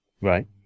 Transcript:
right